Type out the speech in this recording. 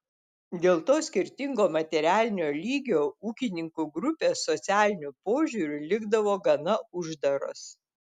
dėl to skirtingo materialinio lygio ūkininkų grupės socialiniu požiūriu likdavo gana uždaros